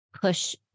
push